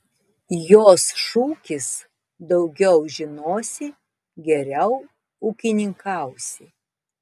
jos šūkis daugiau žinosi geriau ūkininkausi